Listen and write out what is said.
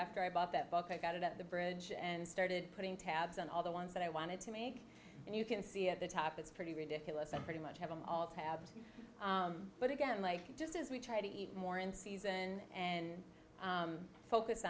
after i bought that book i got it at the bridge and started putting tabs on all the ones that i wanted to make and you can see at the top it's pretty ridiculous and pretty much have them all tabs but again like just as we try to eat more in season and focus